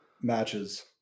matches